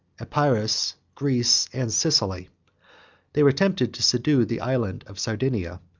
epirus, greece, and sicily they were tempted to subdue the island of sardinia,